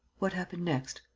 what happened next?